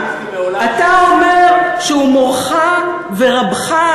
אתה אומר שהוא מורך ורבך,